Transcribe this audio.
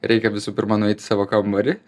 reikia visų pirma nueit į savo kambarį